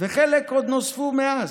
וחלק עוד נוספו מאז.